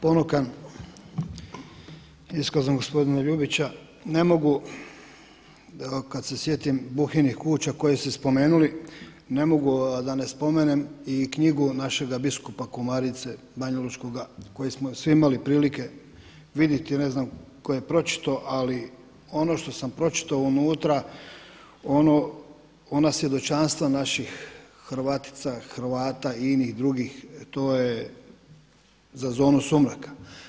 Ponukan iskazom gospodina Ljubića ne mogu da kad se sjetim Buhinih kuća koje ste spomenuli, ne mogu a da ne spomenem i knjigu našega biskupa Komarice banjalučkoga koje smo svi imali prilike vidjeti, ne znam tko je pročitao, ali ono što sam pročitao unutra, ona svjedočanstva naših Hrvatica, Hrvata, inih, drugih, to je za zonu sumraka.